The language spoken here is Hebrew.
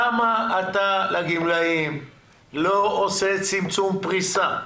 למה אתה לא עושה לגמלאים צמצום פריסה?